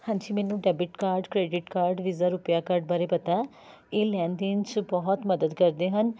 ਹਾਂਜੀ ਮੈਨੂੰ debit card credit card Visa RuPay card ਬਾਰੇ ਪਤਾ ਇਹ ਲੈਣ ਦੇਣ 'ਚ ਬਹੁਤ ਮਦਦ ਕਰਦੇ ਹਨ